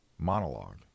monologue